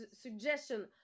suggestion